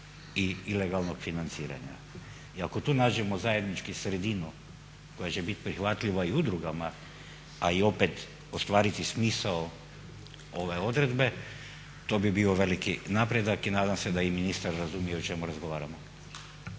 i ilegalnog financiranja. I ako tu nađemo zajedničku sredinu koja će bit prihvatljiva i udrugama, a i opet ostvariti smisao ove odredbe, to bi bio veliki napredak i nadam se da je i ministar razumio o čemu razgovaramo.